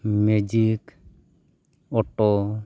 magic auto